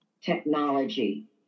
Technology